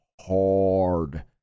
hard